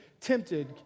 tempted